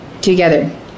together